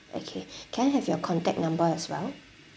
okay can I have your contact number as well